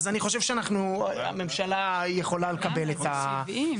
אני חושב שהממשלה יכולה לקבל את זה.